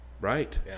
Right